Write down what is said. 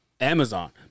Amazon